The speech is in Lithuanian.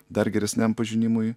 dar geresniam pažinimui